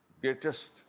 greatest